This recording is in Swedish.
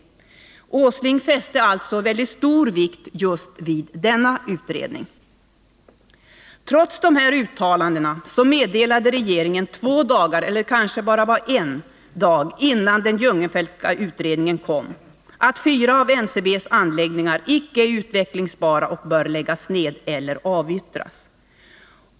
Herr Åsling fäste alltså mycket stor vikt vid denna utredning. Trots dessa uttalanden meddelade regeringen en eller två dagar innan den Jungenfeltska utredningen lades fram att fyra av NCB:s anläggningar icke är utvecklingsbara och bör läggas ned eller avyttras.